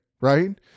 right